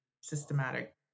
systematic